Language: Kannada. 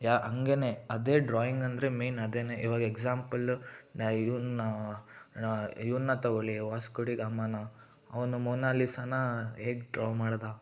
ಯಾ ಹಂಗೇಯೆ ಅದೆ ಡ್ರಾಯಿಂಗಂದ್ರೆ ಮೇನ್ ಅದುವೇ ಇವಾಗ ಎಕ್ಸಾಂಪಲ್ಲು ನಾ ಇವ್ನ ನಾ ಇವನ ತೊಗೊಳ್ಳಿ ವಾಸ್ಕೋ ಡಿ ಗಾಮಾನ್ನ ಅವನು ಮೊನಾಲಿಸಾನ ಹೇಗೆ ಡ್ರಾ ಮಾಡಿದ